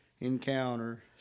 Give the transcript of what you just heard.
encounter